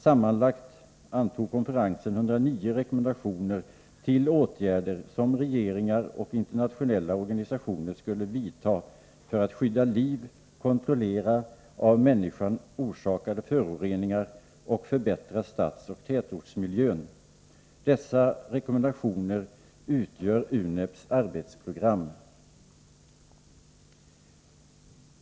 Sammanlagt antog konferensen 109 rekommendationer till åtgärder som regeringar och internationella organisationer skulle vidta för att skydda liv, kontrollera av människan orsakade föroreningar och förbättra stadsoch tätortsmiljön. Dessa rekommendationer utgör UNEP:s arbetsprogram.